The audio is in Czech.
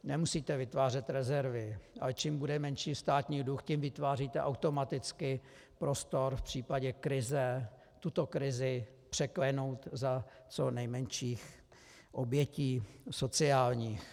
Nemusíte vytvářet rezervy, ale čím bude menší státní dluh, tím vytváříte automaticky prostor v případě krize tuto krizi překlenout za co nejmenších obětí sociálních.